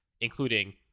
including